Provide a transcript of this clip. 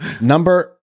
Number